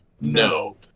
No